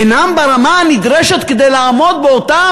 אינם ברמה הנדרשת כדי לעמוד באותן